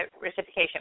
reciprocation